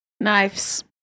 Knives